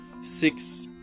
six